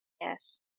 Yes